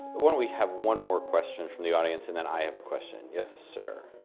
why don't we have one more question from the audience? and then i have a question. yes, sir.